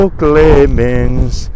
clemens